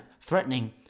threatening